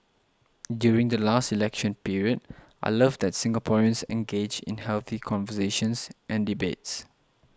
during the last election period I love that Singaporeans engage in healthy conversations and debates